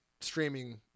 streaming